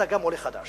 אתה גם עולה חדש.